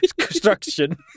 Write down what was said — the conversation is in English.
construction